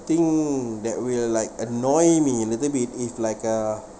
thing that will like annoy me in little bit is like a